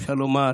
אפשר לומר